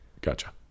Gotcha